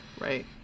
Right